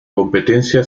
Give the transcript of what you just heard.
competencia